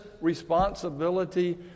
responsibility